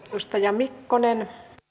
edustaja mikkonen ne